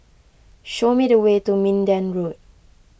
show me the way to Minden Road